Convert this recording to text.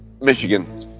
Michigan